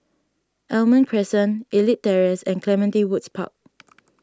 Almond Crescent Elite Terrace and Clementi Woods Park